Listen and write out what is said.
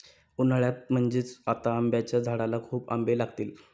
उन्हाळ्यात म्हणजे आता आंब्याच्या झाडाला खूप आंबे लागतील